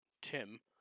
Tim